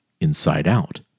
inside-out